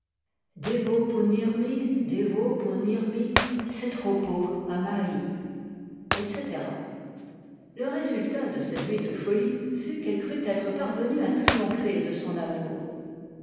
devo punirmi devo punirmi se troppo amai etc le résultat de cette nuit de folie fut qu'elle crut être parvenue à triompher de son amour